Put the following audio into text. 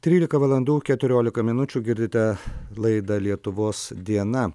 trylika valandų keturiolika minučių girdite laidą lietuvos diena